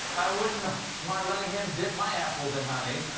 i wouldn't mind letting him dip my apples in honey.